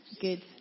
good